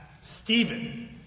Stephen